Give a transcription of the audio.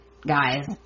guys